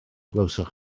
glywsoch